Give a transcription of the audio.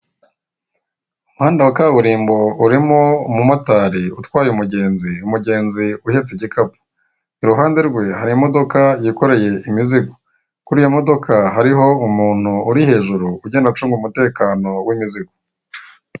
Umuhanda wa kaburimbo urimo umumotari utwaye umugenzi, umugenzi uhetse igikapu. Iruhande rwe hari imodoka yikoreye imizigo, kuri iyo modoka hariho umuntu uri hejuru ugenda acunga umutekano w'imizigo.